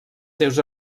seus